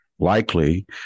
Likely